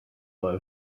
live